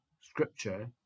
scripture